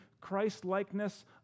Christ-likeness